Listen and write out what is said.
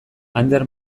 ander